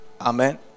Amen